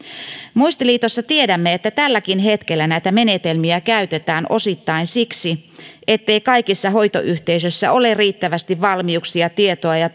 muistiliitossa tiedämme että tälläkin hetkellä näitä menetelmiä käytetään osittain siksi ettei kaikissa hoitoyhteisöissä ole riittävästi valmiuksia tietoa ja